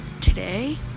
today